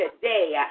today